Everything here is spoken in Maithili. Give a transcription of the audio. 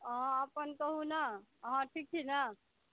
हॅं अपन कहु ने अहाँ ठीक छी ने